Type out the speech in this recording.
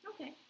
Okay